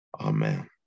Amen